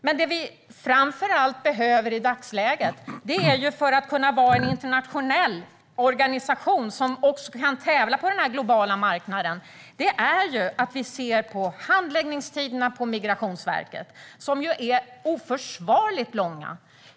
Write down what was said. Men det vi framför allt behöver göra i dagsläget, för att kunna vara en internationell organisation som kan tävla på den globala marknaden, är att se på handläggningstiderna på Migrationsverket, som är oförsvarligt långa.